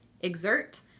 exert